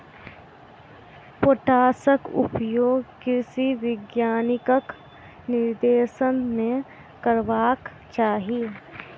पोटासक उपयोग कृषि वैज्ञानिकक निर्देशन मे करबाक चाही